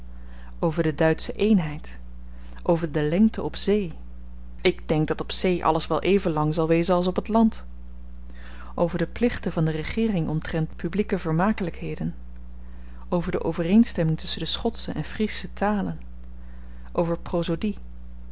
over de duitsche eenheid over de lengte op zee ik denk dat op zee alles wel even lang zal wezen als op t land over de plichten van de regeering omtrent publieke vermakelijkheden over de overeenstemming tusschen de schotsche en friesche talen over